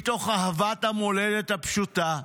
מתוך אהבת המולדת הפשוטה,